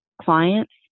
Clients